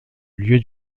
lieu